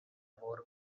more